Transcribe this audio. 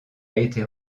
été